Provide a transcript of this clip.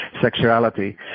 sexuality